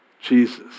Jesus